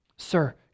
Sir